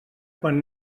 quan